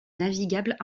navigable